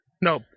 No